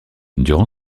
durant